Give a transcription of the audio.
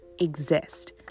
exist